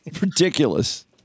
Ridiculous